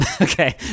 Okay